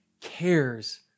cares